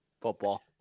football